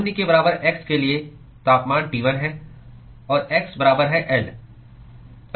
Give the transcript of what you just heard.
शून्य के बराबर x के लिए तापमान T 1 है और x बराबर है l तापमान T 2 है